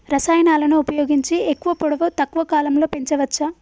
రసాయనాలను ఉపయోగించి ఎక్కువ పొడవు తక్కువ కాలంలో పెంచవచ్చా?